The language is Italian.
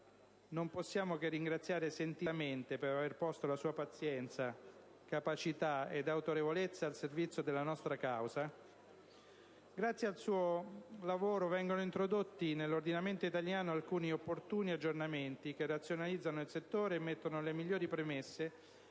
non possiamo che ringraziare, sentitamente, per aver posto la sua pazienza, capacità ed autorevolezza al servizio della nostra causa), vengono introdotti nell'ordinamento italiano alcuni opportuni aggiornamenti che razionalizzano il settore e mettono le migliori premesse